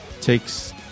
Takes